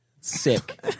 Sick